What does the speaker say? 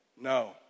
No